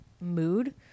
mood